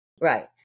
right